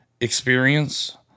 experience